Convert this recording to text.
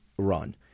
run